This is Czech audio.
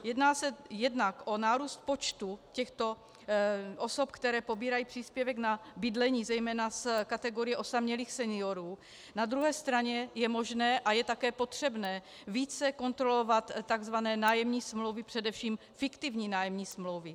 Jedná se jednak o nárůst počtu těchto osob, které pobírají tento příspěvek na bydlení, zejména z kategorie osamělých seniorů, na druhé straně je možné a je také potřebné více kontrolovat takzvané nájemní smlouvy, především fiktivní nájemní smlouvy.